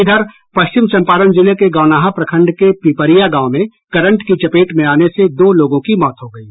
इधर पश्चिम चम्पारण जिले के गौनाहा प्रखंड के पीपरिया गांव में करंट की चपेट में आने से दो लोगों की मौत हो गयी